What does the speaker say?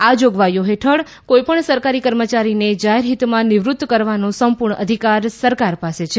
આ જોગવાઈઓ હેઠળ કોઈપણ સરકારી કર્મચારીને જાહેરહિતમાં નિવૃત્ત કરવાનો સંપૂર્ણ અધિકાર સરકાર પાસે છે